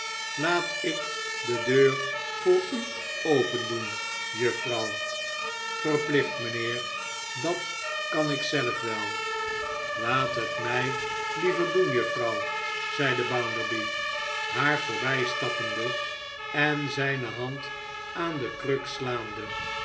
laat ik de deur voor uopendoen juffrouw verplicht mijnheer dat kan ik zelf wel laat het mij liever doen juffrouw zeide bounderby haar voorbijstappende en zijne hand aan de kruk slaande